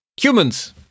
humans